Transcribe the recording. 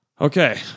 Okay